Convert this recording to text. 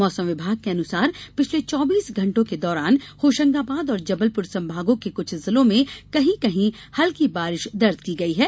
मौसम विभाग के अनुसार पिछले चौबीस घंटों के दौरान होशंगाबाद और जबलपुर संभागों के कुछ जिलों में कहीं कहीं हल्की बारिश दर्ज की गई है